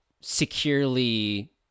securely